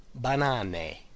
banane